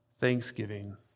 thanksgiving